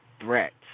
threats